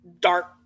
dark